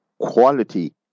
quality